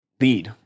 lead